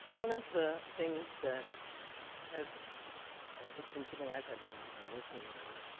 one of the things that has has been something i've had to learn in working with